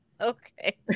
Okay